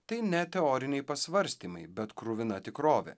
tai ne teoriniai pasvarstymai bet kruvina tikrovė